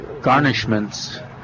garnishments